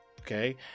Okay